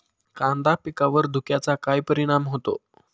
कांदा पिकावर धुक्याचा काय परिणाम होतो?